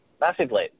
Massively